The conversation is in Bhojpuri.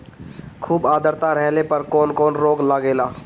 खुब आद्रता रहले पर कौन कौन रोग लागेला?